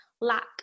lack